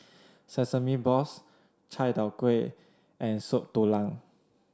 sesame balls Chai Tow Kuay and Soup Tulang